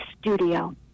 studio